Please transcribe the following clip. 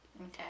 Okay